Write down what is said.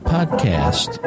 Podcast